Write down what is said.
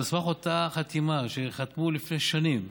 ועל סמך אותה החתימה שהם חתמו לפני שנים,